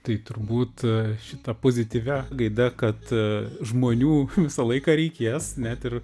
tai turbūt šita pozityvia gaida kad žmonių visą laiką reikės net ir